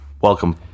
Welcome